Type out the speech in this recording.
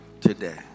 today